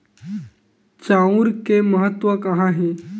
चांउर के महत्व कहां हे?